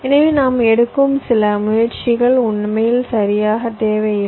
எனவே நாம் எடுக்கும் சில முயற்சிகள் உண்மையில் சரியாக தேவையில்லை